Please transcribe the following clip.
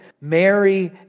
Mary